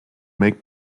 make